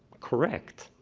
correct,